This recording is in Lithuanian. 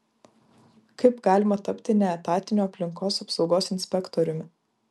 kaip galima tapti neetatiniu aplinkos apsaugos inspektoriumi